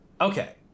Okay